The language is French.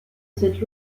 cette